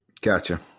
Gotcha